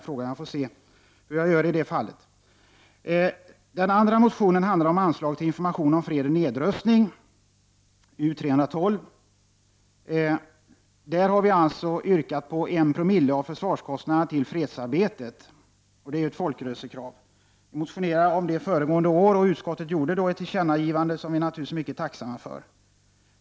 Jag får se hur jag gör i det fallet. Den andra motionen, U312, handlar om anslag till information om fred och nedrustning. Där har vi yrkat på 1Zo av försvarskostnaderna till fredsarbetet, och det är ju ett folkrörelsekrav. Vi motionerade om det föregående år, och utskottet gjorde då ett tillkännagivande som vi naturligtvis är mycket tacksamma för.